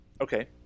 Okay